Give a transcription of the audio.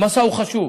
המסע הוא חשוב,